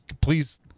please